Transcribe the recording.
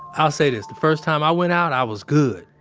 i'll say this, the first time i went out, i was good.